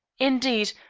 indeed,